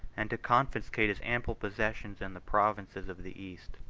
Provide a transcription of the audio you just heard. and to confiscate his ample possessions in the provinces of the east.